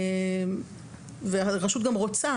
והרשות רוצה,